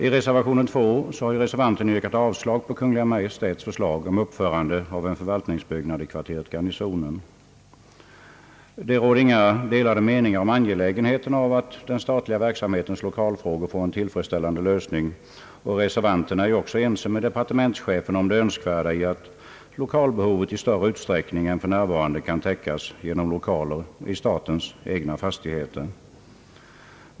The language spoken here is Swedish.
I reservation 2 har reservanterna yrkat avslag på Kungl. Maj:ts förslag om uppförande av en förvaltningsbyggnad i kvarteret Garnisonen. Det råder inga delade meningar om angelägenheten av att den statliga verksamhetens lokalfrågor får en tillfredsställande lösning och reservanterna är ense med departementschefen om det önskvärda i att lokalbehovet i större utsträckning än för närvarande kan täckas genom lokaler i statens egna fastigheter.